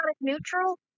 neutral